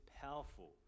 powerful